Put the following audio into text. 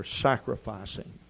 Sacrificing